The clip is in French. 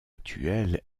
actuelle